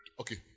okay